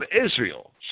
Israel